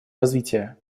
развития